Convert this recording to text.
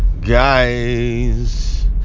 guys